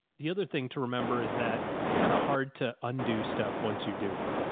the other thing to remember is that it's kind of hard to undo stuff. once you do it.